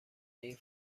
این